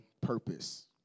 purpose